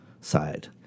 side